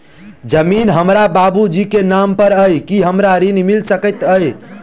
जमीन हमरा बाबूजी केँ नाम पर अई की हमरा ऋण मिल सकैत अई?